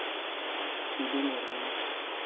Sidhu Murmu